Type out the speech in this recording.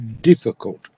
difficult